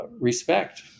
respect